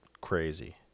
crazy